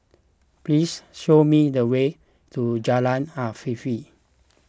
please show me the way to Jalan Afifi